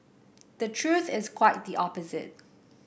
the truth is quite the opposite